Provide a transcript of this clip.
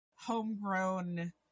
homegrown